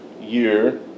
year